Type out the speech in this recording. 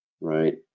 Right